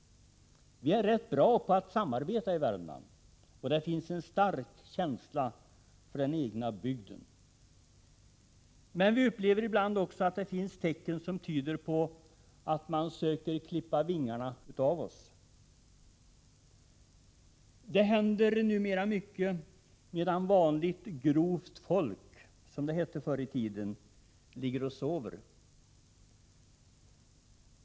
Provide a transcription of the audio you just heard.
Vi är rätt bra på att samarbeta i Värmland, och det finns en stark känsla för den egna bygden. Men ibland upplever vi också att det finns tecken som tyder på att man söker klippa vingarna av oss. Det händer numera mycket medan vanligt, grovt folk, som det hette förr i tiden, ligger och sover.